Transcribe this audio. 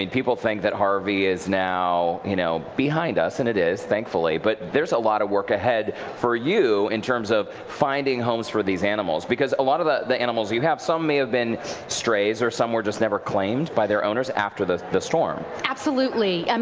people think that harvey is now you know behind us, and it is, thankfully, but there's a lot of work ahead for you in terms of finding homes for these animals because a lot of the the animals, some may have been strays or some were just never claimed by their owns after the the storm. absolutely. um